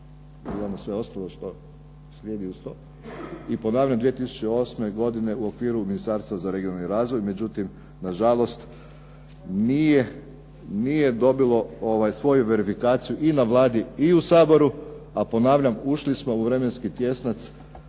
I ponavljam 2008. godine u okviru Ministarstva za regionalni razvoj međutim nažalost nije dobilo svoju verifikaciju i na Vladi i u Saboru, a ponavljam ušli smo u vremenski tjesnac